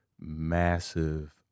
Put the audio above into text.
massive